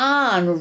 on